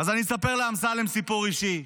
אז אני אספר לאמסלם סיפור אישי.